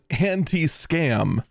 anti-scam